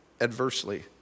adversely